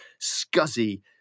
scuzzy